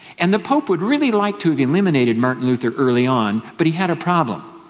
and the pope would really like to have eliminated martin luther early on. but he had a problem.